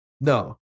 No